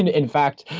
and in fact,